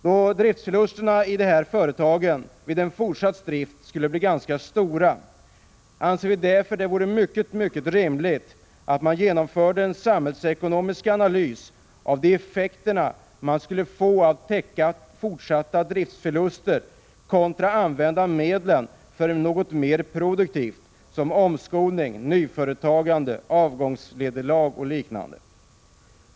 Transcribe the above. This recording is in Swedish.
Då driftsförlusterna i berörda företag vid fortsatt drift skulle bli stora anser vi det vore rimligt att man genomförde en samhällsekonomisk analys av de effekter som man skulle få av att täcka fortsatta driftsförluster jämfört med att använda medlen för något mer produktivt såsom omskolning, nyföretagande, avgångsvederlag och liknande.